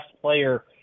player